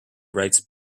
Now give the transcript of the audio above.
writes